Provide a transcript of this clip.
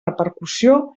repercussió